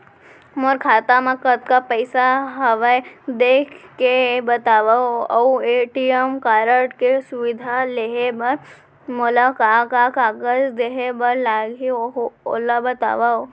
मोर खाता मा कतका पइसा हवये देख के बतावव अऊ ए.टी.एम कारड के सुविधा लेहे बर मोला का का कागज देहे बर लागही ओला बतावव?